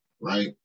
right